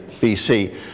BC